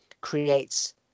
creates